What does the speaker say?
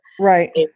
Right